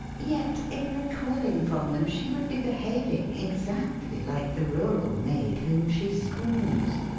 yet in recoiling from them she would be behaving exactly like the rural maid whom she scorns.